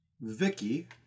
Vicky